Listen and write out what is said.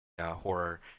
Horror